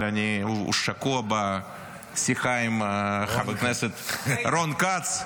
אבל הוא שקוע בשיחה עם חבר הכנסת רון כץ.